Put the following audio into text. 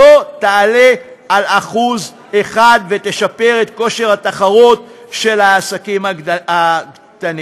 שלא תעלה על 1% ותשפר את כושר התחרות של העסקים הקטנים.